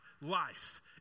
life